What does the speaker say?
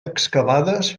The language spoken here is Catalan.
excavades